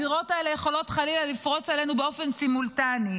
הזירות האלה יכולות חלילה לפרוץ עלינו באופן סימולטני.